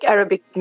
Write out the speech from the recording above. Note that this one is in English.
Arabic